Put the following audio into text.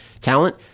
talent